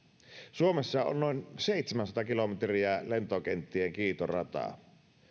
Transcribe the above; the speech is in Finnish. suomessa on on noin seitsemänsataa kilometriä lentokenttien kiitorataa